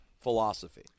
philosophy